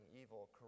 evil